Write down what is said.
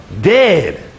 Dead